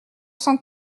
cent